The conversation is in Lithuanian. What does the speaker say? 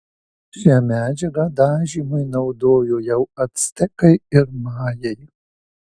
šią medžiagą dažymui naudojo jau actekai ir majai